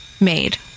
made